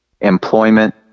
employment